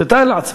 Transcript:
תתאר לעצמך.